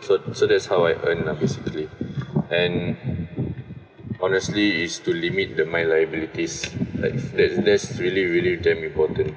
so so that's how I earn lah basically and honestly is to limit the my liabilities like that's that's really really damn important